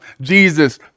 Jesus